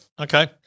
okay